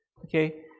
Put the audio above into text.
Okay